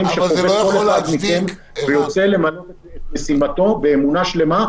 שחווה כל אחד מכם שיוצא למלא את משימתו באמונה שלמה,